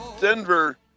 Denver